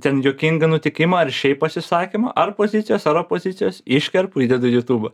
ten juokingą nutikimą ar šiaip pasisakymą ar pozicijos ar opozicijos iškerpu įdedu į jutubą